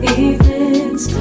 evenings